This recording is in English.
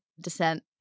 descent